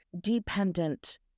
dependent